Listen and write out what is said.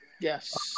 Yes